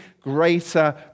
greater